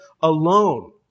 alone